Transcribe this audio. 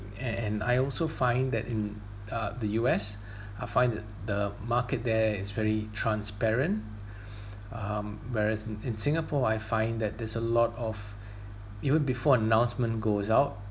and and I also find that in uh the U_S I find that the market there is very transparent um whereas in in singapore I find that there's a lot of even before announcement goes out